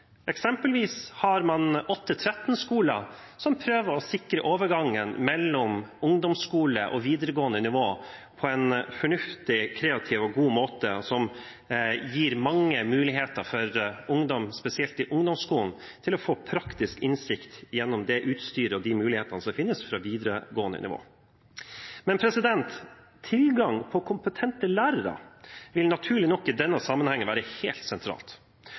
eksempelvis har man 8.–13.-skoler som prøver å sikre overgangen mellom ungdomsskole og videregående nivå på en fornuftig, kreativ og god måte, og som gir mange muligheter for ungdom, spesielt i ungdomsskolen, til å få praktisk innsikt gjennom det utstyret og de mulighetene som finnes fra videregående nivå. Tilgang på kompetente lærere vil naturlig nok i denne sammenheng være helt sentralt.